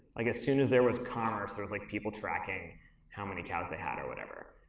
like as soon as there was commerce, there was like people tracking how many cows they had or whatever.